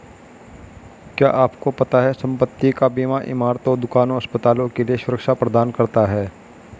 क्या आपको पता है संपत्ति का बीमा इमारतों, दुकानों, अस्पतालों के लिए सुरक्षा प्रदान करता है?